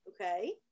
okay